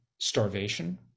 starvation